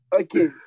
Okay